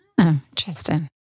interesting